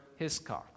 Hiscox